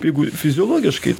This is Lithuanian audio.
jeigu fiziologiškai